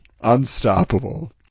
unstoppable